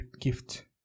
gift